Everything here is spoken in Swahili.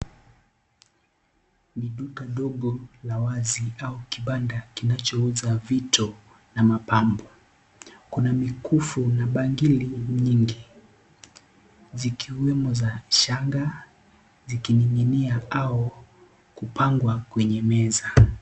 Ni duka ndogo la wazi au kibanda kinachouza vito na mapambo kuna mikufu na bangili nyingi zikiwemo za shanga zikiningi'nia au kupangwa kwenye meza.